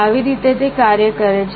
આવી રીતે તે કાર્ય કરે છે